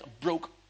broke